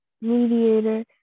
Mediator